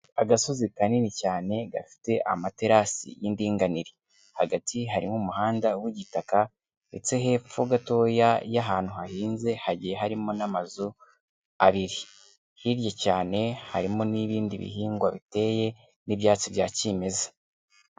Agasozi kanini cyane gafite amaterasi y'indinganire. Hagati harimo umuhanda w'igitaka, ndetse hepfo gatoya y'ahantu hahinze, hagiye harimo n'amazu abiri. Hirya cyane harimo n'ibindi bihingwa biteye n'ibyatsi bya cyimeza.